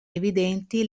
evidenti